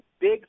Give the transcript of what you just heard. big